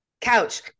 couch